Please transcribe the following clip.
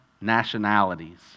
nationalities